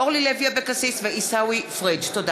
אורלי לוי אבקסיס ועיסאווי פריג' בנושא: הקשיים